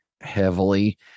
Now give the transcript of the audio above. heavily